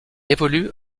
évolue